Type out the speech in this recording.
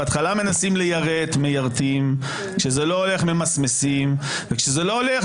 בהתחלה מנסים ליירט מיירטים; כשזה לא הולך ממסמסים; וכשזה לא הולך,